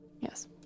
Yes